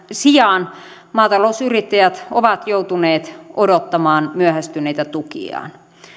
sijaan maatalousyrittäjät ovat joutuneet odottamaan myöhästyneitä tukiaan